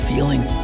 feeling